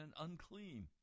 unclean